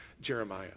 Jeremiah